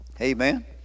Amen